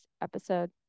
episode